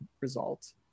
result